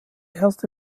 erste